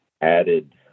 added